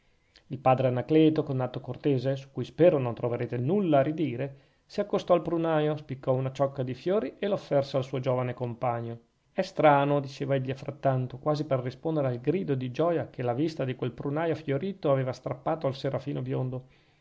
il padre anacleto con atto cortese su cui spero non troverete nulla a ridire si accostò al prunaio spiccò una ciocca di fiori e l'offerse al suo giovine compagno è strano diceva egli frattanto quasi per rispondere al grido di gioia che la vista di quel prunaio fiorito aveva strappato al serafino biondo